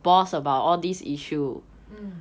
mm